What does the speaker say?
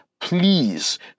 please